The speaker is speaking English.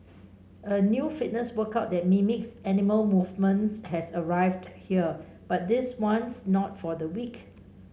a new fitness workout that mimics animal movements has arrived here but this one's not for the weak